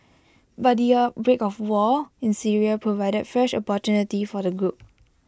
but the outbreak of war in Syria provided fresh opportunity for the group